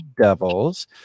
devils